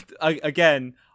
again